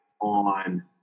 on